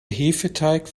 hefeteig